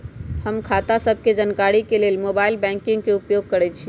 हम खता सभके जानकारी के लेल मोबाइल बैंकिंग के उपयोग करइछी